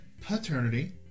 paternity